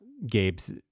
gabe's